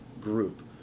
group